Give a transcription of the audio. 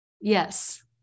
Yes